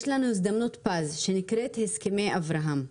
יש לנו הזדמנות פז שנקראת הסכמי אברהם,